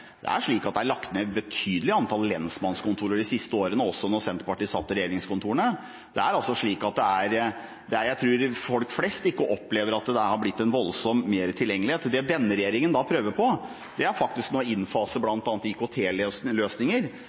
Det er slik at det er lagt ned et betydelig antall lensmannskontorer de siste årene – også da Senterpartiet satt i regjeringskontorene. Jeg tror ikke folk flest opplever at det har blitt voldsomt mer tilgjengelighet. Det denne regjeringen prøver på, er faktisk å innfase